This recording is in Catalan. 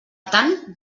tant